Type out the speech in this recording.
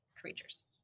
creatures